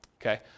Okay